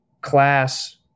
class